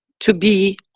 to be